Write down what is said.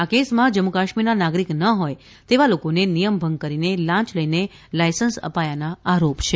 આ કેસમાં જમ્મુ કાશ્મીરના નાગરિક ના હોય તેવા લોકોને નિયમ ભંગ કરીને લાંચ લઇને લાયસન્સ અપાયાના આરોપ છે